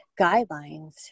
guidelines